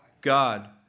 God